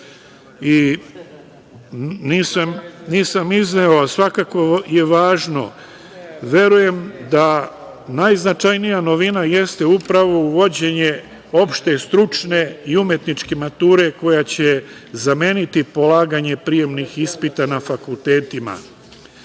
ispita. Nisam izneo, a svakako je važno, verujem da najznačajnija novina jeste upravo uvođenje opšte stručne i umetničke mature koja će zameniti polaganje prijemnih ispita na fakultetima.